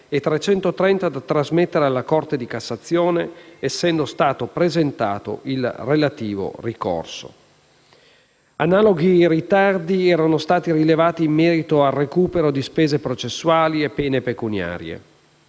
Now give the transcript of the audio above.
e 330 da trasmettere alla Corte di cassazione, essendo stato presentato il relativo ricorso. Analoghi ritardi erano stati rilevati in merito al recupero di spese processuali e pene pecuniarie.